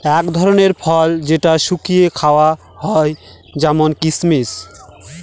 এক ধরনের ফল যেটা শুকিয়ে খাওয়া হয় যেমন কিসমিস